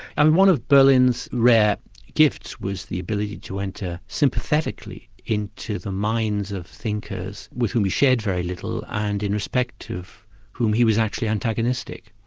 and one of berlin's rare gifts was the ability to enter sympathetically into the minds of thinkers with whom he shared very little and in respect of whom he was actually antagonistic.